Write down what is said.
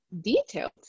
detailed